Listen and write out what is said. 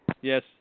Yes